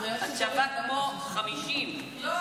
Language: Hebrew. את שווה כמו 50. לא,